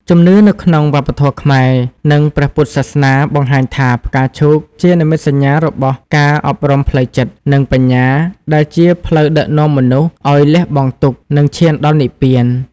ជំនឿនៅក្នុងវប្បធម៌ខ្មែរ និងព្រះពុទ្ធសាសនាបង្ហាញថា ផ្កាឈូកជានិមិត្តសញ្ញារបស់ការអប់រំផ្លូវចិត្ត និងបញ្ញា ដែលជាផ្លូវដឹកនាំមនុស្សឲ្យលះបង់ទុក្ខ និងឈានដល់និព្វាន។